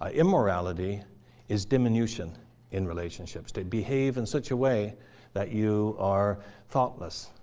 ah immorality is diminution in relationships, to behave in such a way that you are thoughtless,